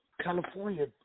California